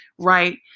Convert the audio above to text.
Right